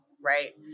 right